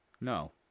No